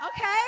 Okay